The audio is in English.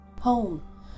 Home